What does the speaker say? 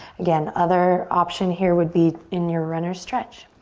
again, other option here would be in your runner's stretch.